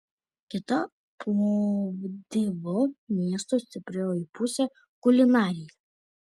kita plovdivo miesto stiprioji pusė kulinarija